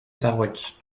sarrebruck